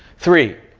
three.